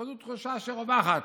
תחושה רווחת,